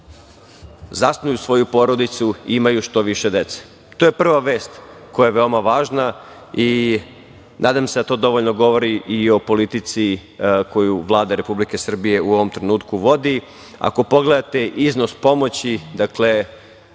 zasnuju svoju porodicu i imaju što više dece. To je prva vest koja je veoma važna. Nadam se da to dovoljno govori i o politici koju Vlada Republike Srbije u ovom trenutku vodi. Ako pogledate iznos pomoći,